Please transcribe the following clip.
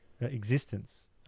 existence